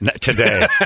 today